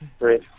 Great